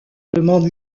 demande